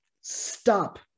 stop